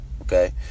okay